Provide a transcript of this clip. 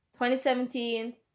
2017